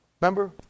Remember